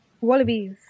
Wallabies